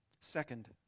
Second